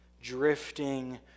drifting